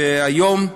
שהיום,